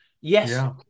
Yes